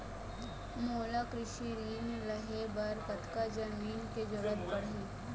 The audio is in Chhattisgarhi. मोला कृषि ऋण लहे बर कतका जमीन के जरूरत पड़ही?